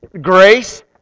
Grace